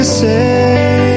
say